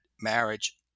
marriage